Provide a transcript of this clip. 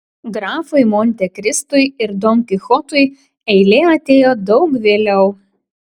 grafui montekristui ir don kichotui eilė atėjo daug vėliau